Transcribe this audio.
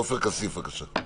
עופר כסיף, בבקשה.